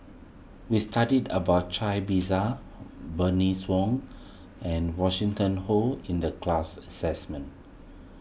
we studied about Cai Bixia Bernice Wong and Winston Oh in the class